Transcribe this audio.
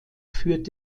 führt